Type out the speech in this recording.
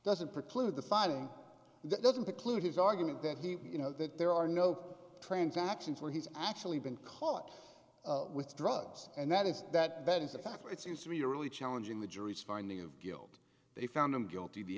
doesn't preclude the filing that doesn't preclude his argument that he you know that there are no transactions where he's actually been caught with drugs and that is that that is a factor it seems to be really challenging the jury's finding of guilt they found him guilty the